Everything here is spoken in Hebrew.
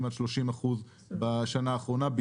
כמעט 30 אחוזים בשנה האחרונה,